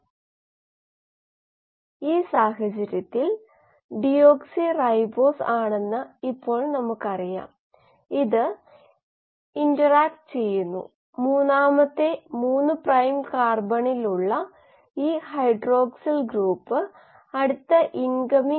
അതിനാൽ കോശങ്ങൾക്കുള്ളിലെ സംഭവങ്ങളുമായി ബന്ധപ്പെട്ടിരിക്കുന്ന ഇവയിൽ ധാരാളം കണക്കുകൾ നടക്കുന്നു ഒരു ബയോറിയാക്റ്ററിൻറെ ഭാഗത്ത് നിന്ന് നോക്കുമ്പോൾ പ്രധാനപ്പെട്ടവയുമായി പരസ്പര ബന്ധമുണ്ട് അതിനാൽ ഈ സൂചകങ്ങൾ ഒരു പ്രത്യേക രീതിയിൽ വ്യത്യാസപ്പെട്ടിരിക്കുന്നു അല്ലെങ്കിൽ ഒരു പ്രത്യേക മൂല്യത്തിൽ സ്ഥിരമായി നിലനിർത്തുന്നു ബയോ റിയാക്ടറിലെ കോശങ്ങൾക്ക് നന്നായി പ്രവർത്തിക്കുന്നതിന് വേണ്ടിയാണിത്